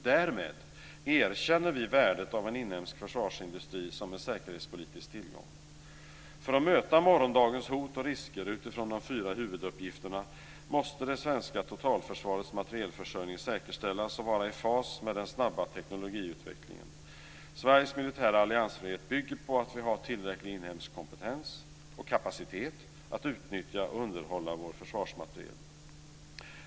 Därmed erkänner vi värdet av en inhemsk försvarsindustri som en säkerhetspolitisk tillgång. För att möta morgondagens hot och risker utifrån de fyra huvuduppgifterna måste det svenska totalförsvarets materielförsörjning säkerställas och vara i fas med den snabba teknikutvecklingen. Sveriges militära alliansfrihet bygger på att vi har tillräcklig inhemsk kompetens och kapacitet att utnyttja och underhålla vår försvarsmateriel.